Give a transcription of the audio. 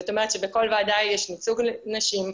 זאת אומרת שבכל ועדה יש ייצוג לנשים,